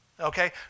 Okay